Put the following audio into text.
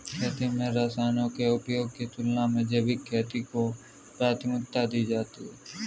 खेती में रसायनों के उपयोग की तुलना में जैविक खेती को प्राथमिकता दी जाती है